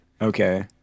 Okay